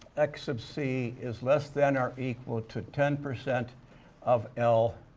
x sub c is less than or equal to ten percent of l,